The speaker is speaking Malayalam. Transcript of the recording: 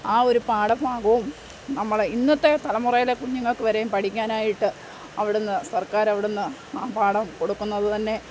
ആ ഒരു പാഠഭാഗവും നമ്മുടെ ഇന്നത്തെ തലമുറയിലെ കുഞ്ഞുങ്ങൾക്ക് വരെയും പഠിക്കാനായിട്ട് അവിടെ നിന്ന് സർക്കാരവിടെ നിന്ന് ആ പാഠം കൊടുക്കുന്നതു തന്നെ